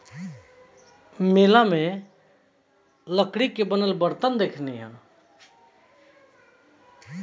मेला में लकड़ी के बनल बरतन देखनी